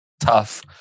tough